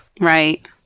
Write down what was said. Right